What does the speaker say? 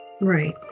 Right